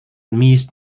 missed